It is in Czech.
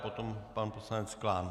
Potom pan poslanec Klán.